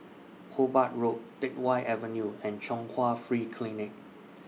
Hobart Road Teck Whye Avenue and Chung Hwa Free Clinic